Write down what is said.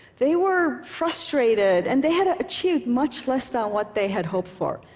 they were frustrated, and they had achieved much less than what they had hoped for.